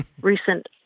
recent